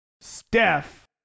Steph